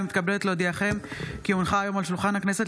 אני מתכבדת להודיעכם כי הונחו היום על שולחן הכנסת,